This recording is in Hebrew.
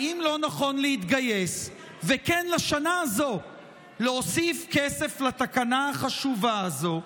האם לא נכון להתגייס ובשנה הזו להוסיף כסף לתקנה החשובה הזו?